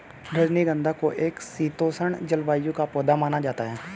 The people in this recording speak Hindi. रजनीगंधा को एक शीतोष्ण जलवायु का पौधा माना जाता है